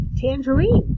tangerine